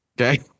Okay